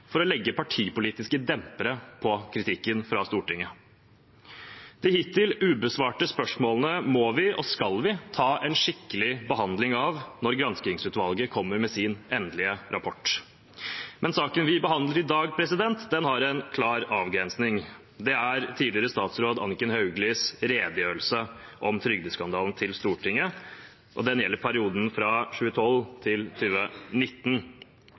å legge partipolitiske dempere på kritikken fra Stortinget. De hittil ubesvarte spørsmålene må vi og skal vi ha en skikkelig behandling av når granskingsutvalget kommer med sin endelige rapport. Men saken vi behandler i dag, har en klar avgrensning. Det er tidligere statsråd Anniken Hauglies redegjørelse om trygdeskandalen til Stortinget, og den gjelder perioden fra 2012 til